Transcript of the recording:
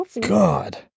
god